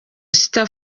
star